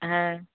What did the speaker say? হ্যাঁ